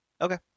Okay